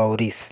बउरिस